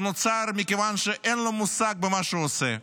-- שנוצר מכיוון שאין לו מושג במה שהוא עושה.